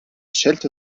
schelte